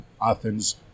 Athens